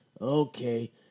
Okay